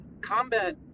combat